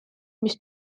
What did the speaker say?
mis